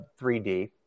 3D